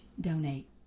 donate